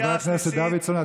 חבר הכנסת דוידסון,